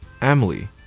Emily